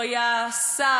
הוא היה שר,